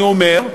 אני אומר,